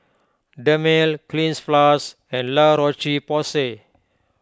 Dermale Cleanz Plus and La Roche Porsay